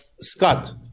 Scott